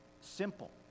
simple